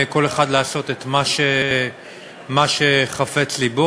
כל אחד לעשות את מה שחפץ לבו.